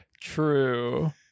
True